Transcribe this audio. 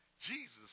Jesus